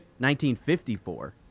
1954